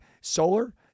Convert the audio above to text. Solar